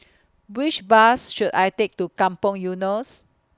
Which Bus should I Take to Kampong Eunos